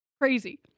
Crazy